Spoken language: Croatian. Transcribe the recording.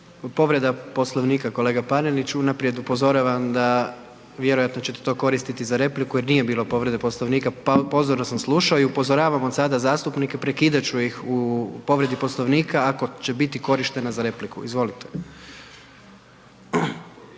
Povreda Poslovnika, kolega Panenić, unaprijed upozoravam da vjerojatno ćete to koristiti za repliku jer nije bilo povrede Poslovnika, pozorno sam slušao i upozoravam od sada zastupnike prekidat ću ih u povredi Poslovnika ako će biti korištena za repliku, izvolite.